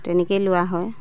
তেনেকেই লোৱা হয়